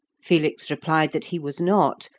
felix replied that he was not,